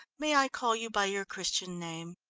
may i call you by your christian name?